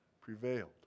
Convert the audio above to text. prevailed